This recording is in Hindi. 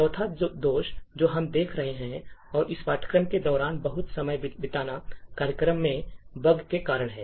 चौथा दोष जो हम देख रहे हैं और इस पाठ्यक्रम के दौरान बहुत समय बिताना कार्यक्रम में बग के कारण है